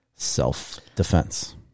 Self-defense